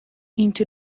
into